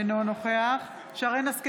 אינו נוכח שרן מרים השכל,